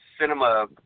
cinema